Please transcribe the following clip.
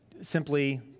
simply